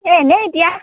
এ এনেই এতিয়া